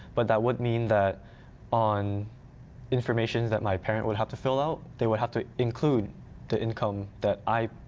but that would mean that on information that my parent would have to fill out, they would have to include the income that i,